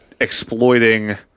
exploiting